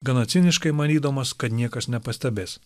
gana ciniškai manydamas kad niekas nepastebės